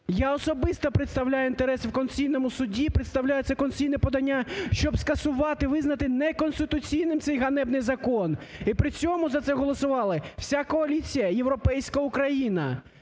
я особисто представляю інтереси в Конституційному Суді, представляю це конституційне подання, щоб скасувати, визнати неконституційним цей ганебний закон. І при цьому за це голосували вся коаліція "Європейська Україна".